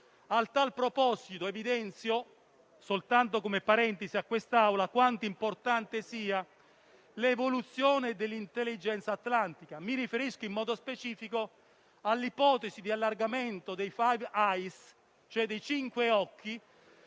Al tal proposito, soltanto come parentesi, evidenzio a quest'Assemblea quanto importante sia l'evoluzione dell'*intelligence* atlantica: mi riferisco in modo specifico all'ipotesi di allargamento dei *five eyes*, i cinque occhi